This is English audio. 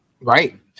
Right